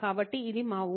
కాబట్టి ఇది మా ఊహ